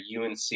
UNC –